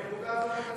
בעובדה הזאת אתה צודק.